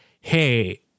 hey